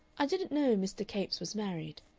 i didn't know mr. capes was married,